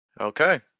Okay